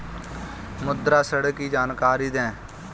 मुद्रा ऋण की जानकारी दें?